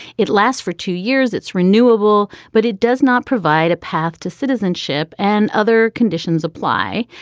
it lasts for two years. it's renewable. but it does not provide a path to citizenship and other conditions apply.